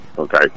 Okay